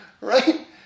Right